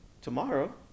tomorrow